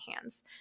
hands